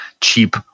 cheap